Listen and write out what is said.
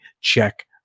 check